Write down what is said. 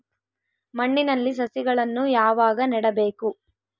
ಮಣ್ಣಿನಲ್ಲಿ ಸಸಿಗಳನ್ನು ಯಾವಾಗ ನೆಡಬೇಕು?